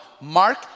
Mark